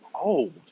old